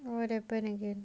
what happen again